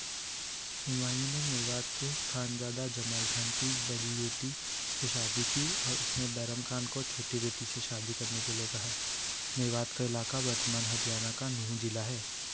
हुमायूँ ने मेवात के खानज़ादा जमाल खान की बड़ी बेटी से शादी की और उसने बैरम खान को छोटी बेटी से शादी करने के लिए कहा मेवात का इलाका वर्तमान हरियाणा का नुँहू जिला है